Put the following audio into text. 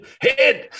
Head